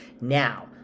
now